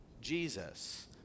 Jesus